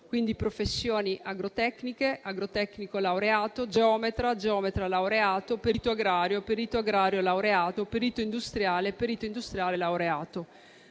ordinarie (professioni agrotecniche, agrotecnico laureato, geometra, geometra laureato, perito agrario, perito agrario laureato, perito industriale e perito industriale laureato).